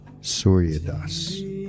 Suryadas